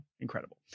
incredible